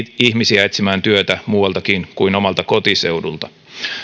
ihmisiä etsimään työtä muualtakin kuin omalta kotiseudulta